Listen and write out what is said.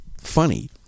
funny